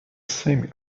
same